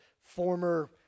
former